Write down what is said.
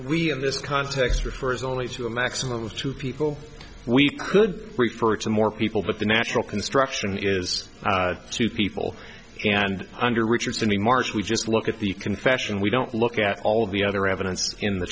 we in this context refers only to a maximum of two people we could refer to more people but the national construction is two people and under richardson we marched we just look at the confession we don't look at all of the other evidence in the